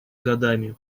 годами